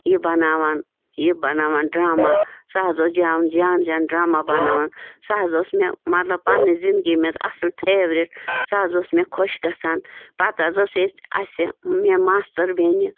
یہِ بَناوان یہِ بَناوان ڈرامہ سُہ حظ اوس جام جان جان ڈرامہ بَناوان سُہ حظ اوس مےٚ مطلب پنٛنہِ زندگی منٛز اصٕل فیٚورِٹ سُہ حظ اوس مےٚ خۄش گژھان پَتہٕ حظ ٲس اَسہِ مےٚ ماستٕر بیٚنہِ